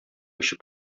очып